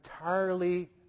entirely